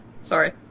sorry